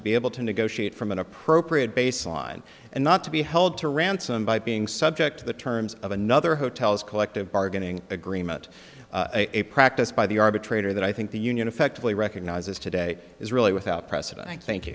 to be able to negotiate from an appropriate baseline and not to be held to ransom by being subject to the terms of another hotel's collective bargaining agreement a practice by the arbitrator that i think the union effectively recognizes today is really without precedent i thank you